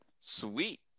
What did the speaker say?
sweet